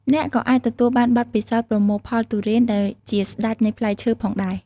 អ្នកក៏អាចទទួលបានបទពិសោធន៍ប្រមូលផលទុរេនដែលជាស្តេចនៃផ្លែឈើផងដែរ។